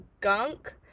gunk